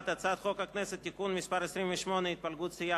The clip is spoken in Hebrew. הצעת חוק הכנסת (תיקון מס' 28) (התפלגות סיעה),